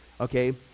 okay